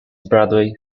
broadway